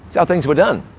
how things were done.